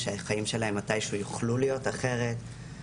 שהחיים שלהם מתישהו יוכלו להיות אחרת.